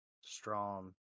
strong